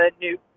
New